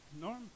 Norm